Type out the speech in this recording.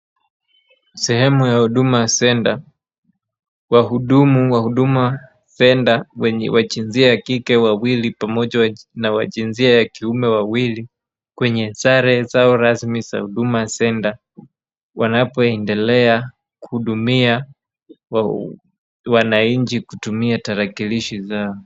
Sehemu ya huduma center , wahudumu wa huduma center wa jinsia wa kike wawili pamoja na wa jinsia ya kiume wawili kwenye sare zao rasmi za huduma center , wanapoendelea kuhudumia wananchi kutumia tarakilishi zao.